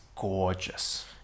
gorgeous